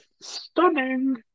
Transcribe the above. stunning